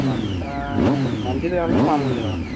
బట్టా మంచిది కావాల్నా మామూలుది కావాల్నా